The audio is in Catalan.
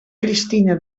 cristina